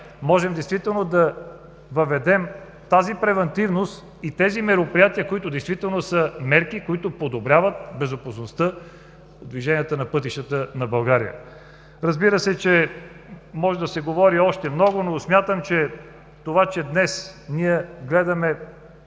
можем да въведем тази превантивност и мероприятия, които действително са мерки, които подобряват безопасността на движение по пътищата на България. Разбира се, че може да се говори още много, но смятам, че това, че днес ние гледаме